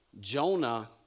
Jonah